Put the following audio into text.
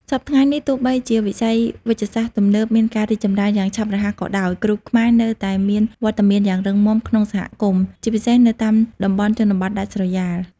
សព្វថ្ងៃនេះ ទោះបីជាវិស័យវេជ្ជសាស្ត្រទំនើបមានការរីកចម្រើនយ៉ាងឆាប់រហ័សក៏ដោយ គ្រូខ្មែរនៅតែមានវត្តមានយ៉ាងរឹងមាំក្នុងសហគមន៍ ជាពិសេសនៅតាមតំបន់ជនបទដាច់ស្រយាល។